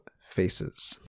Faces